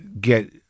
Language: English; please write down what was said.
get